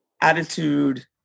attitude